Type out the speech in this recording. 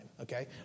Okay